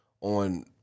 on